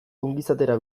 ongizatera